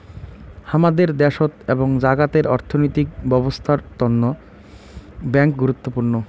হামাদের দ্যাশোত এবং জাগাতের অর্থনৈতিক ব্যবছস্থার তন্ন ব্যাঙ্ক গুরুত্বপূর্ণ